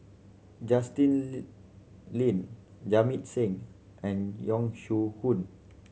Justin Lean Jamit Singh and Yong Shu Hoong